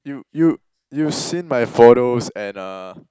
you you you've seen my photos and uh